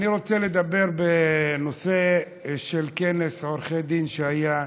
אני רוצה לדבר בנושא כנס עורכי הדין שהיה היום,